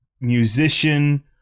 musician